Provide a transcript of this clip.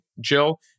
Jill